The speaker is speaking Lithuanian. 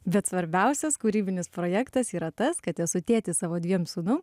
bet svarbiausias kūrybinis projektas yra tas kad esu tėtis savo dviem sūnum